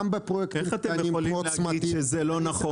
איך אתם יכולים להגיד שזה לא נכון?